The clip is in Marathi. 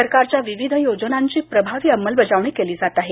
सरकारच्या विविध योजनांची प्रभावी अंमलबजावणी केली जात आहे